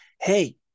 hey